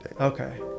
Okay